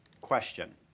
Question